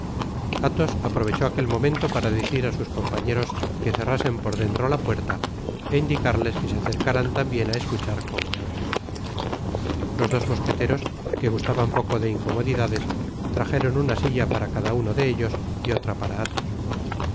athos aprovechó aquel momento para decir á sus compañeros que cerrasen por dentro la puerta é indicarles que se acercaran tambien á escuchar como él los dos mosqueteros que gustaban poco de incomodidades trajeron una silla para cada uno de ellos y otra para athos